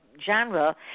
genre